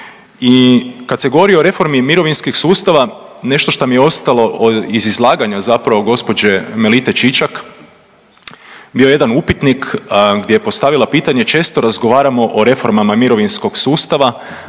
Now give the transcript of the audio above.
I kad se govori o reformi mirovinskih sustava nešto što mi je ostalo iz izlaganja zapravo gospođe Melite Čičak bio je jedan upitnik gdje je postavila pitanje često razgovaramo o reformama mirovinskog sustava,